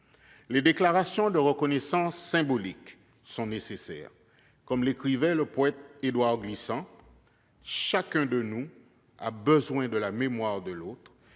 Les déclarations de reconnaissance symboliques sont nécessaires. Le poète Édouard Glissant écrivait :« Chacun de nous a besoin de la mémoire de l'autre,